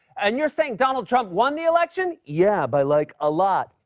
and you're saying donald trump won the election? yeah, by, like, a lot.